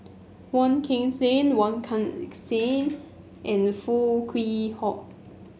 Wong Kan Seng Wong Kan Seng and Foo Kwee Horng